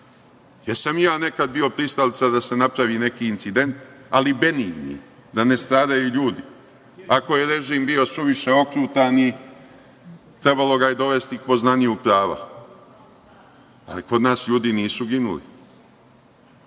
i ja nekad bio pristalica da se napravi neki incident, ali benigni, da ne stradaju ljudi. Ako je režim bio suviše okrutan i trebalo ga je dovesti poznaniju prava, ali kod nas ljudi nisu ginuli,